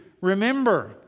Remember